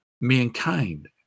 mankind